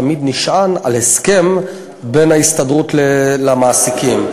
תמיד נשען על הסכם בין ההסתדרות למעסיקים.